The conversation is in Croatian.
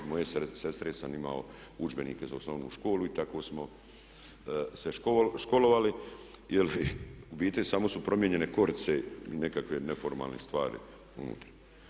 Od moje sestre sam imao udžbenike za osnovnu školu i tako smo se školovali, jer u biti samo su promijenjene korice i nekakve neformalne stvari unutra.